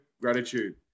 gratitude